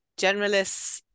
generalists